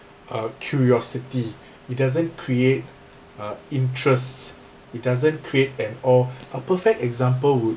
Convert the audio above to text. uh curiosity it doesn't create uh interests it doesn't create and or a perfect example would